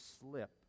slip